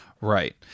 Right